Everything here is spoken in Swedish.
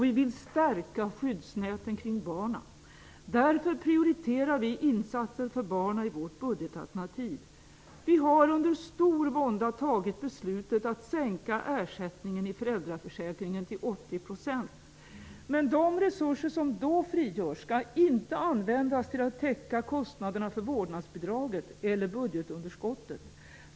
Vi vill stärka skyddsnäten kring barnen. Därför prioriterar vi insatser för barnen i vårt budgetalternativ. Vi har under stor vånda tagit beslutet att sänka ersättningen i föräldraförsäkringen till 80 %. Men de resurser som då frigörs skall inte användas till att täcka kostnaderna för vårdnadsbidraget eller budgetunderskottet.